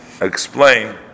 explain